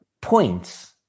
points